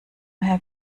herr